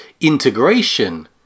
integration